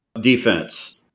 defense